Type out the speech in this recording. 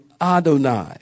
Adonai